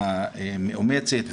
המאומצת,